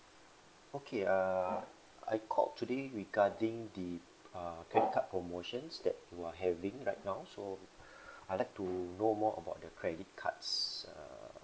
okay uh I called today regarding the uh credit card promotions that you are having right now so I'd like to know more about the credit cards uh